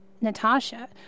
Natasha